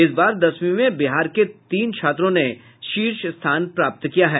इस बार दसवीं में बिहार के तीन छात्रों ने शीर्ष स्थान प्राप्त किया है